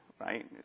right